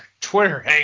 Twitter